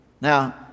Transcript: Now